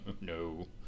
no